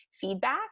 feedback